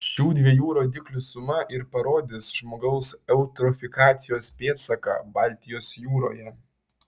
šių dviejų rodiklių suma ir parodys žmogaus eutrofikacijos pėdsaką baltijos jūroje